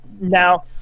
Now